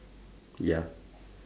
ya